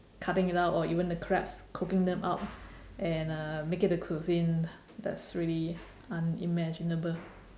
cutting it out or even the crabs cooking them up and uh make it a cuisine that's really unimaginable